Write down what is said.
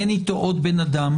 אין איתו עוד אדם,